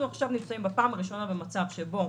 אנחנו נמצאים עכשיו בפעם הראשונה, במצב שבו